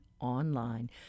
online